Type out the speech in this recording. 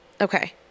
Okay